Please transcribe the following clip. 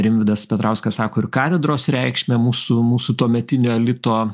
rimvydas petrauskas sako ir katedros reikšmę mūsų mūsų tuometinio elito